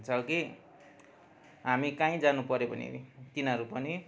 छ कि हामी काहीँ जानुपर्यो भने तिनीहरू पनि